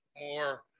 more